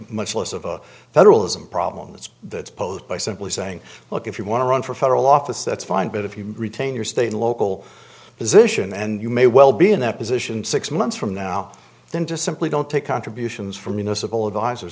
much less of a federalism problem it's the post by simply saying look if you want to run for federal office that's fine but if you retain your state local position and you may well be in that position six months from now then just simply don't take contributions from you know civil advisors